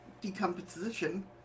decomposition